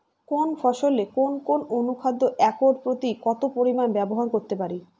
কোন ফসলে কোন কোন অনুখাদ্য একর প্রতি কত পরিমান ব্যবহার করতে পারি?